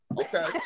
Okay